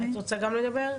את רוצה גם לדבר?